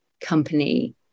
company